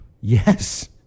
yes